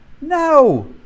No